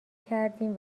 کردیم